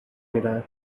میرم